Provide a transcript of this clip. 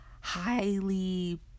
highly